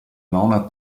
nona